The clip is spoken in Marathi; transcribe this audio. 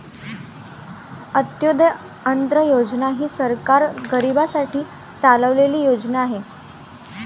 अंत्योदय अन्न योजना ही सरकार गरीबांसाठी चालवलेली योजना आहे